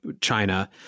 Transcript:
China